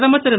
பிரதமர் திரு